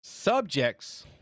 subjects